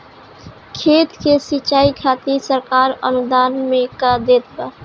खेत के सिचाई खातिर सरकार अनुदान में का देत बा?